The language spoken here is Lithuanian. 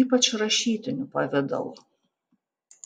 ypač rašytiniu pavidalu